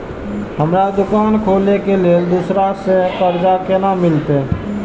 हमरा दुकान खोले के लेल दूसरा से कर्जा केना मिलते?